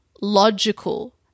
logical